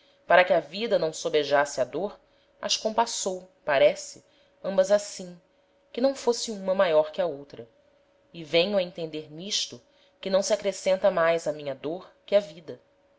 para que a vida não sobejasse á dôr as compassou parece ambas assim que não fosse uma maior que a outra e venho a entender n'isto que não se acrescenta mais a minha dôr que a vida